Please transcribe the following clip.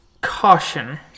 caution